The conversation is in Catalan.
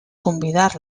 convidar